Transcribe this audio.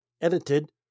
Edited